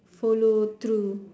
follow through